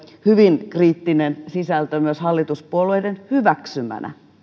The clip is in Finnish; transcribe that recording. hyvin kriittinen sisältö myös hallituspuolueiden hyväksymänä